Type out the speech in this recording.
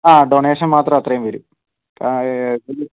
ആ ഡൊണേഷൻ മാത്രം അത്രയും വരും ആ അത്